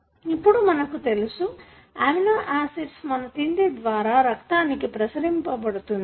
ఇప్పుడు మనకు తెలుసు అమినోయాన్సీడ్స్ మన తిండిద్వారా రక్తానికి ప్రసరింపబడుతుంది